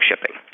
shipping